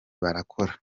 barakora